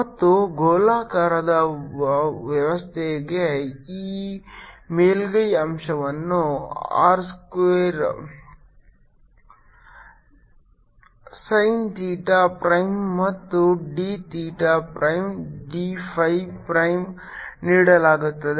ಮತ್ತು ಗೋಳಾಕಾರದ ವ್ಯವಸ್ಥೆಗೆ ಈ ಮೇಲ್ಮೈ ಅಂಶವನ್ನು R square sin theta prime ಮತ್ತು d theta prime d phi prime ನೀಡಲಾಗುತ್ತದೆ